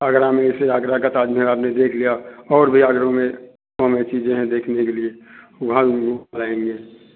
आगरा में जैसे आगरा का ताजमहल आपने देख लिया और भी आगरा में घूमने की चीजे हैं देखने के लिए वहाँ भी ले के जाएंगे